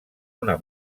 una